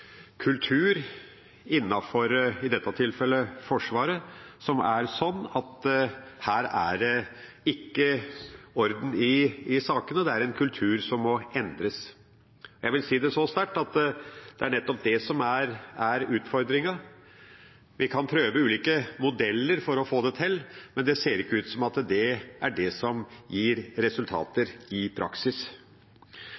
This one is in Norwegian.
kultur – i dette tilfellet innenfor Forsvaret – som er sånn at her er det ikke orden i sakene. Det er en kultur som må endres. Jeg vil si det så sterkt at det er nettopp det som er utfordringen. Vi kan prøve ulike modeller for å få det til, men det ser ikke ut til at det er det som gir resultater